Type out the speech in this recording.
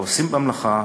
לעוסקים במלאכה